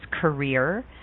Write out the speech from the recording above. career